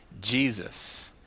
Jesus